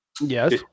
Yes